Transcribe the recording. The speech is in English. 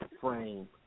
frame